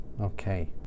Okay